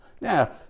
Now